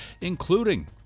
including